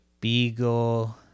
beagle